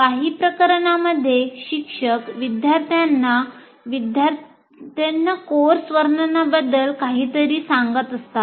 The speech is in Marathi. काही प्रकरणांमध्ये शिक्षक विद्यार्थ्यांना विद्यार्थ्यांना कोर्सच्या वर्णनाबद्दल काहीतरी सांगत असतात